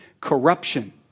corruption